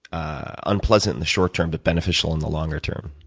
unpleasant in the short term but beneficial in the longer term.